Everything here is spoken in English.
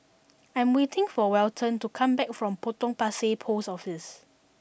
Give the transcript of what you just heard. I am waiting for Welton to come back from Potong Pasir Post Office